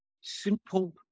simple